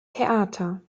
theater